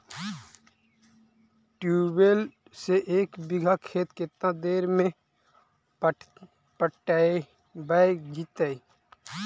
Tubewell से एक बिघा खेत केतना देर में पटैबए जितै?